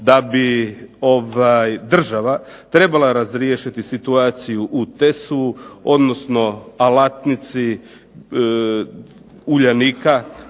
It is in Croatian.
da bi država trebala razriješiti situaciju u TES-u, odnosno alatnici "Uljanika".